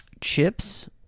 chips